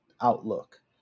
outlook